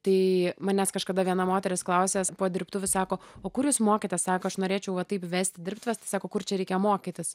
tai manęs kažkada viena moteris klausė po dirbtuvių sako o kur jūs mokėtės sako aš norėčiau va taip vesti dirbtuves tai sako kur čia reikia mokytis